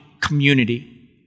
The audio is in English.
community